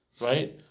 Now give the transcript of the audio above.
right